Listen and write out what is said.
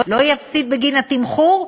לא יפסיד בגין התמחור,